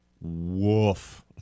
Woof